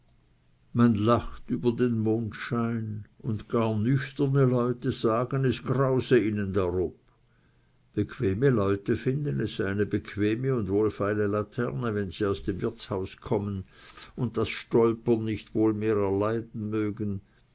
man lacht über den mondschein und gar nüchterne leute sagen es grause ihnen darob bequeme leute finden es sei eine bequeme und wohlfeile laterne wenn sie aus dem wirtshaus kommen und das stolpern nicht wohl mehr erleiden mögen